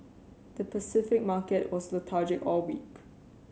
the Pacific market was lethargic all week